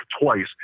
twice